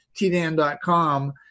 tdan.com